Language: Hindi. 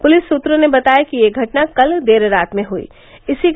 पुलिस सूत्रों ने बताया कि यह घटना कल देर रात में हुयी